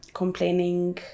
complaining